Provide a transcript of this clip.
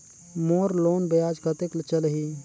मोर loan ब्याज कतेक चलही?